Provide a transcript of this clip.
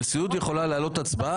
נשיאות יכולה להעלות הצבעה.